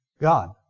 God